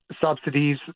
subsidies